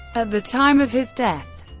at the time of his death,